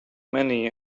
many